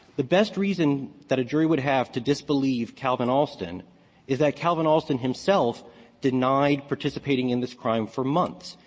the best reason that a jury would have to disbelieve calvin alston is that calvin alston himself denied participating in this crime for months.